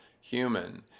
human